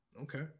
Okay